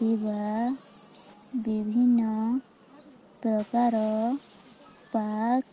ଥିବା ବିଭିନ୍ନ ପ୍ରକାର ପାର୍କ